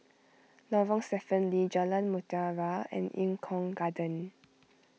Lorong Stephen Lee Jalan Mutiara and Eng Kong Garden